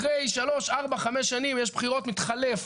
אחרי שלוש, ארבע, חמש שנים יש בחירות, מתחלף